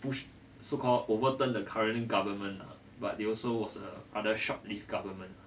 push so called overturn the current government lah but they also was rather short lived government